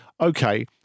okay